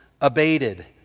abated